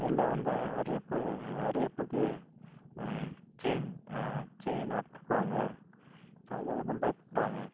வெளில வந்தால் ரேப்பு ரேப்புக்கு செயின் செயின் அறுத்துவிடுவாங்க அதுக்காக தான் பயப்புடுறாங்க